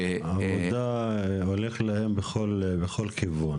העבודה, הולך להם בכל כיוון.